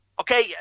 Okay